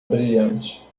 brilhante